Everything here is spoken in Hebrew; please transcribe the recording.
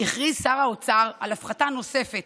הכריז שר האוצר על הפחתה נוספת